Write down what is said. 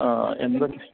ആ എന്ത്